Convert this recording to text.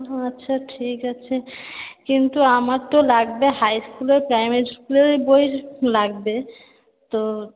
আচ্ছা ঠিক আছে কিন্তু আমার তো লাগবে হাই স্কুলের প্রাইমারি স্কুলের বই লাগবে তো